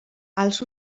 els